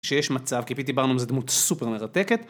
שיש מצב, כי פיטי ברנום זה דמות סופר מרתקת.